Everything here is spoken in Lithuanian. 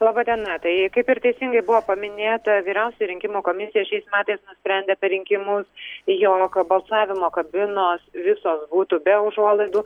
laba diena tai kaip ir teisingai buvo paminėta vyriausioji rinkimų komisija šiais metais nusprendė per rinkimus jog kad balsavimo kabinos visos būtų be užuolaidų